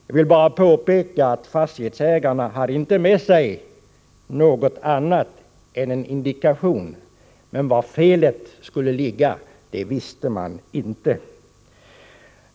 Jag vill dock framhålla att fastighetsägarna inte hade med sig något annat än en indikation. Var felet skulle ligga visste man inte.